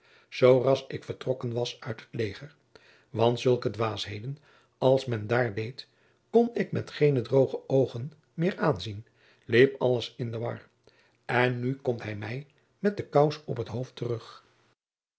zooras ik vertrokken was uit het leger want zulke dwaasheden als men daar deed kon ik met geene drooge oogen meer aanzien liep alles in de war en nu komt hij met de kous op het hoofd terug